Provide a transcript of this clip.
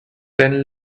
then